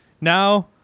Now